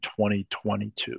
2022